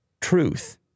truth